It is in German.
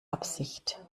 absicht